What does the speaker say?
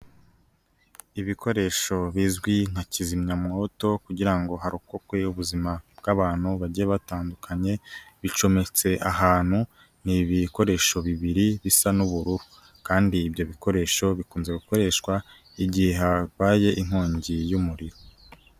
Ibikoresho bizwi nka kizimyamwoto kugira harokoke ubuzima bw'abantu bagiye batandukanye, bicometse ahantu ni ibikoresho bibiri bisa n'ubururu kandi ibyo bikoresho bikunze gukoreshwa igihe habaye inkongi y'umuriro.